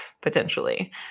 potentially